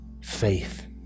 faith